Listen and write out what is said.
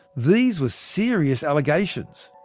these were serious allegations.